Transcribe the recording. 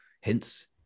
hints